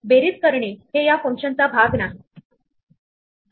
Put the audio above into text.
नेहमी हे दोन ऑपरेशन देऊन दर्शवले जाते